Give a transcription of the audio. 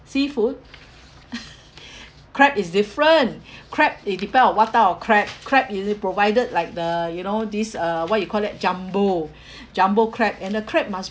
seafood crab is different crab it depend on what type of crab crab is it provided like the you know this uh what you call that jumbo jumbo crab and the crab must